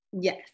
Yes